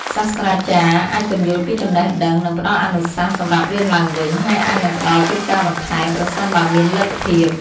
សាស្ត្រាចារ្យអាចពន្យល់ពីចំណេះដឹង និងផ្តល់អនុសាសន៍សម្រាប់រៀនឡើងវិញ ហើយអាចនឹងផ្តល់កិច្ចការបន្ថែម ប្រសិនបើមានលទ្ធភាព។